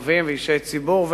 כנסת ערבים ואישי ציבור,